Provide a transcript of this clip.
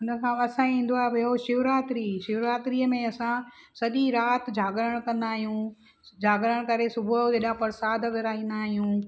हुनखां असांजो हीउ ईंदो आहे ॿियो शिवरात्री शिवरात्रीअ में असां सॼी राति जागरण कंदा आहियूं जागरण करे सुबुह जो एॾा परसाद विरिहाईंदा आहियूं